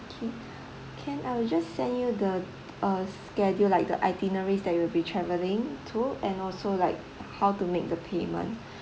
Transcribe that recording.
K can I will just send you the uh schedule like the itineraries that you will be travelling to and also like how to make the payment